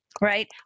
Right